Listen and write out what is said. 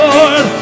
Lord